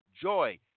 joy